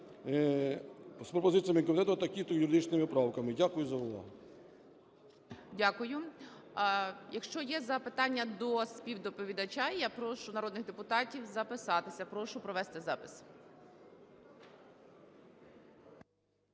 з пропозиціями комітету та техніко-юридичними правками. Дякую за увагу. ГОЛОВУЮЧИЙ. Дякую. Якщо є запитання до співдоповідача, я прошу народних депутатів записатися. Прошу провести запис.